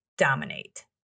dominate